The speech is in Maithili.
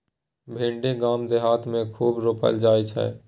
भिंडी गाम देहात मे खूब रोपल जाई छै